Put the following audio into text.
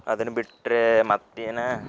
ಅದನ್ನ ಬಿಟ್ಟರೆ ಮತ್ತೆ ಏನು